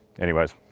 anyways,